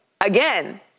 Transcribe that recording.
again